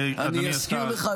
אני אזכיר לך,